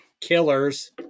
killers